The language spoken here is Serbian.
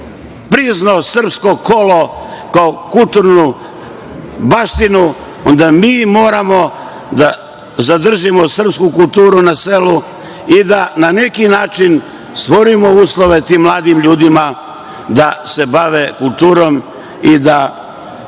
priznao srpsko kolo kao kulturnu baštinu, onda mi moramo da zadržimo srpsku kulturu na selu i da na neki način stvorimo uslove tim mladim ljudima da se bave kulturom i da